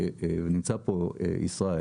ונמצא פה ישראל